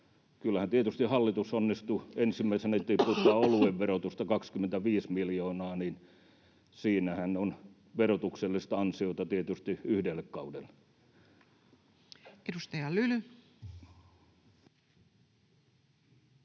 Kyllähän tietysti hallitus onnistui ensimmäisenä tiputtamaan oluen verotusta 25 miljoonaa. Siinähän on tietysti verotuksellista ansiota yhdelle kaudelle. [Speech 100]